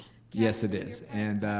yes it is and